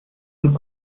und